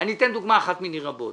אני אתן דוגמה אחת מני רבות